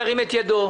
ירים את ידו.